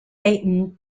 leighton